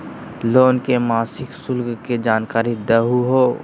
Loan के मासिक शुल्क के जानकारी दहु हो?